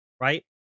right